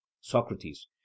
Socrates